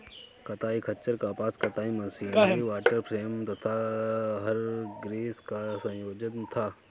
कताई खच्चर कपास कताई मशीनरी वॉटर फ्रेम तथा हरग्रीव्स का संयोजन था